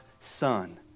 son